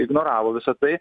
ignoravo visa tai